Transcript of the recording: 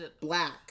black